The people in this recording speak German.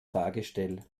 fahrgestell